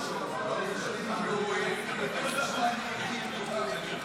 חבר הכנסת גלעד קריב.